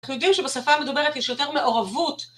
אנחנו יודעים שבשפה המדוברת יש יותר מעורבות